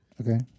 Okay